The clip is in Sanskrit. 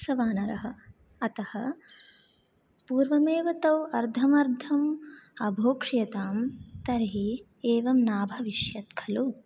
स वानरः अतः पूर्वमेव तौ अर्धम् अर्धम् अभोक्ष्यतां तर्हि एवं नाभविष्यत् खलु